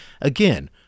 Again